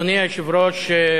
אדוני היושב-ראש,